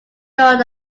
know